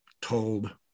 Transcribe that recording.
told